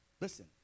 listen